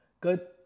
good